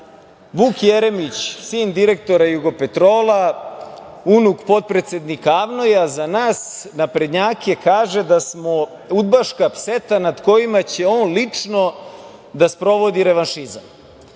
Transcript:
Vuk Jeremić, sin direktora „Jugopetrola“, unuk potpredsednika AVNOJ-a, za nas naprednjake kaže da smo udbaška pseta nad kojima će on lično da sprovodi revanšizam.